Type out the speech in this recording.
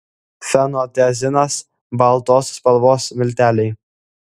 fenotiazinas baltos spalvos milteliai